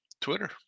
Twitter